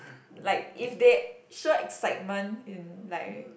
like if they show excitement in like